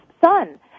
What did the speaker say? son